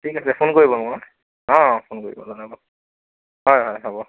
ঠিক আছে ফোন কৰিব মোক অঁ ফোন কৰিব জনাব হয় হয় হ'ব